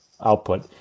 output